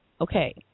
okay